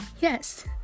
Yes